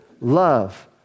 love